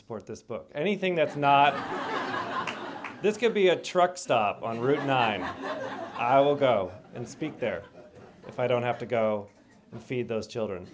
support this book anything that's not this could be a truck stop on route nine i will go and speak there if i don't have to go and feed those children